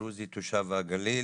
דרוזי תושב הגליל